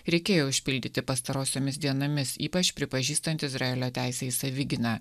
reikėjo užpildyti pastarosiomis dienomis ypač pripažįstant izraelio teisę į savigyną